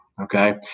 Okay